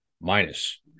minus